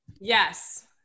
Yes